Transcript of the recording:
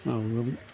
मावगोन